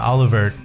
Oliver